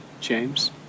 james